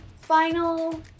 final